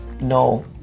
no